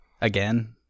again